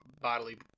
bodily